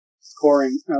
scoring